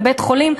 לבית-חולים,